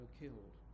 killed